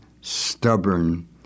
stubborn